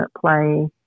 play